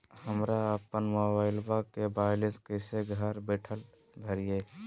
हमरा अपन मोबाइलबा के बैलेंस कैसे घर बैठल भरिए?